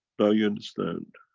now you understand,